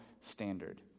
standard